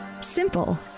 Simple